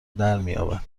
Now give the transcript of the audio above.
درمیابد